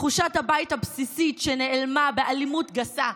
תחושת הבית הבסיסית שנעלמה באלימות גסה,